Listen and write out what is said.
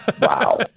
wow